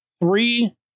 three